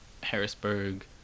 Harrisburg